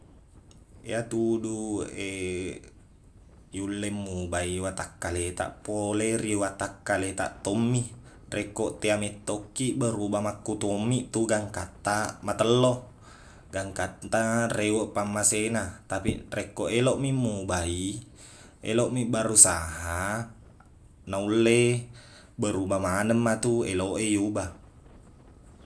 Iyatudu yulle mubai watakkaletaq pole ri watakkaletaq tommi rekko tea mettokkiq berubah makkutommiq tu gangkaqtaq matello gangkaqta reweq pammasena tapiq rekko eloqmi mubai eloqmi berusaha naulle barubah maneng matuq eloq e iyubah